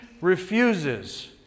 refuses